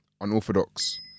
Unorthodox